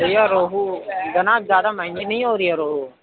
بھیا رہو جناب زیادہ مہنگی نہیں ہو رہی ہے رہو